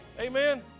Amen